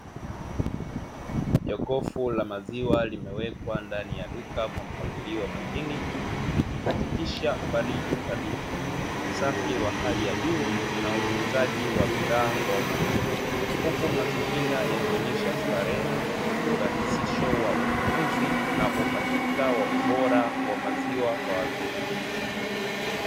Jokofu la maziwa limewekwa ndani ya duka Kwa mpangilio makini likihakikisha ubaridi thabiti, usafi wa hali ya juu na utunzaji wa bidhaa kwa umakini, huku mazingira yakionyesha starehe, urahisisho wa ununuzi na uhakika wa ubora wa maziwa kwa wateja.